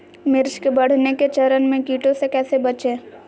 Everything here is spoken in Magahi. मिर्च के बढ़ने के चरण में कीटों से कैसे बचये?